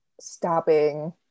stabbing